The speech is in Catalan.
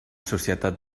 societat